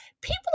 People